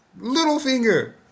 Littlefinger